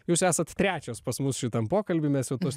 jūs esat trečias pas mus šitam pokalby mes jau tuos